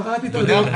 קראתי את הדוח.